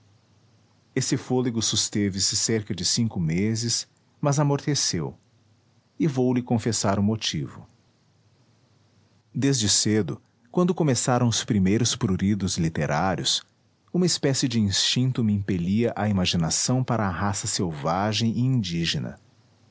esse fôlego susteve se cerca de cinco meses mas amorteceu e vou lhe confessar o motivo desde cedo quando começaram os primeiros pruridos literários uma espécie de instinto me impelia a imaginação para a raça selvagem e indígena